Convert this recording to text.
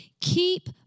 Keep